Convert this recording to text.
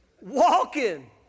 walking